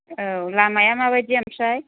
औ लामाया माबायदि ओमफ्राय